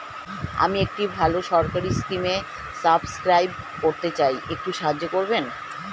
আমি একটি ভালো সরকারি স্কিমে সাব্সক্রাইব করতে চাই, একটু সাহায্য করবেন?